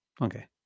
Okay